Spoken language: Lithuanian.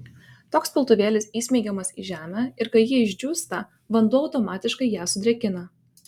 toks piltuvėlis įsmeigiamas į žemę ir kai ji išdžiūsta vanduo automatiškai ją sudrėkina